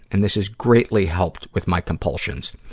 and this has greatly helped with my compulsions.